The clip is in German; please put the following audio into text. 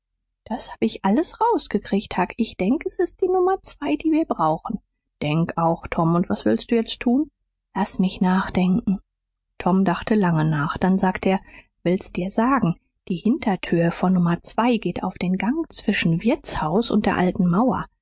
das hab ich alles rausgekriegt huck ich denke s ist die nummer zwei die wir brauchen denk auch tom und was willst du jetzt tun laß mich nachdenken tom dachte lange nach dann sagte er will's dir sagen die hintertür von nummer zwei geht auf den gang zwischen wirtshaus und der alten mauer